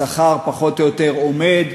השכר פחות או יותר עומד,